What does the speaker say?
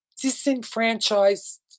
disenfranchised